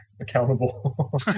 accountable